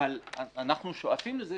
ואנחנו נראה את זה